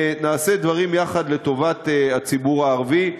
נעשה דברים יחד לטובת הציבור הערבי,